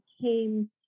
came